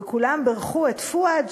וכולם בירכו את פואד,